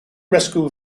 rescue